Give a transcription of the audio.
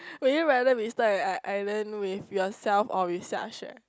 would you rather be start an island with yourself or with Xia-Xue